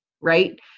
right